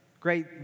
great